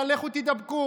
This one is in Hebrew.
אבל לכו תידבקו,